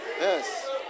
Yes